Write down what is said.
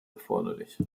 erforderlich